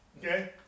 Okay